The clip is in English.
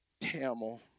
Tamil